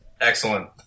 excellent